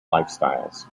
lifestyles